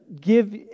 give